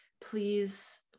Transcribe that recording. please